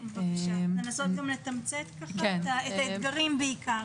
נסו לתמצת את האתגרים בעיקר.